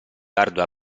ardua